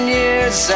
years